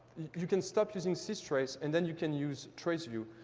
you can stop using systrace, and then you can use traceview.